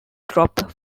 dropped